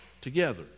together